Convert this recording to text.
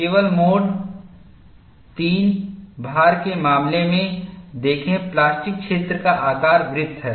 केवल mode III भार के मामले में देखें प्लास्टिकक्षेत्र का आकार वृत्त है